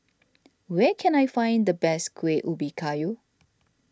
where can I find the best Kuih Ubi Kayu